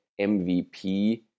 MVP